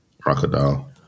Crocodile